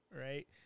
Right